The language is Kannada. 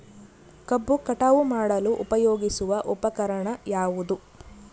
ಕಬ್ಬು ಕಟಾವು ಮಾಡಲು ಉಪಯೋಗಿಸುವ ಉಪಕರಣ ಯಾವುದು?